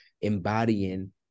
embodying